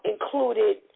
included